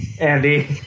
Andy